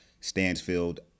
Stansfield